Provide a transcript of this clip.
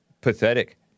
Pathetic